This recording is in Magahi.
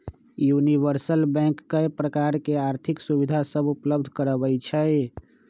यूनिवर्सल बैंक कय प्रकार के आर्थिक सुविधा सभ उपलब्ध करबइ छइ